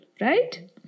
right